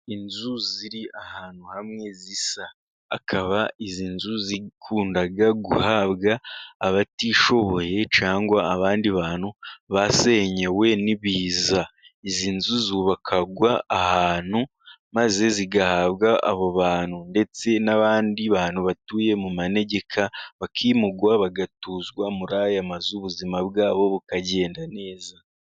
Inzu ziri ahantu hamwe zisa. Akaba izi nzu zikunda guhabwa abatishoboye, cyangwa abandi bantu basenyewe n'ibiza. Izi nzu zubakwa ahantu maze zigahabwa abo bantu, ndetse n'abandi bantu batuye mu manegeka bakimurwa, bagatuzwa muri aya mazu ubuzima bwabo bukagenda neza.